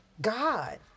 God